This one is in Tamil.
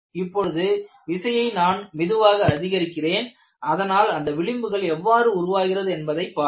இப்பொழுது விசையை நான் மெதுவாக அதிகரிக்கிறேன் அதனால் அந்த விளிம்புகள் எவ்வாறு உருவாகிறது என்பதைப் பாருங்கள்